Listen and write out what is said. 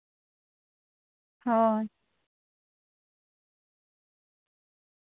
ᱦᱳᱭ